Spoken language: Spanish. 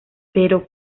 pero